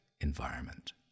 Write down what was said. environment